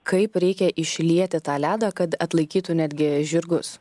kaip reikia išlieti tą ledą kad atlaikytų netgi žirgus